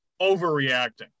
overreacting